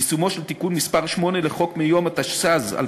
יישומו של תיקון מס' 8 לחוק מהתשס"ז 2007